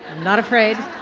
not afraid.